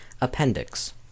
Appendix